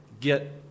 get